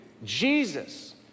Jesus